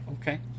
okay